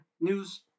news